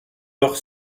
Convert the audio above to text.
leur